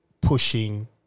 pushing